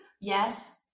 Yes